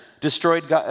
destroyed